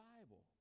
Bible